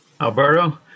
Alberto